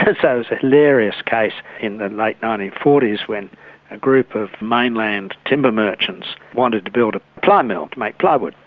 but so there's a hilarious case in the late nineteen forty s when a group of mainland timber merchants wanted to build a ply mill to make plywood.